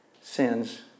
sins